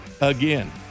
again